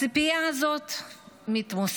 הציפייה הזאת מתמוססת,